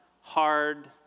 hard